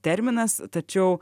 terminas tačiau